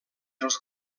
els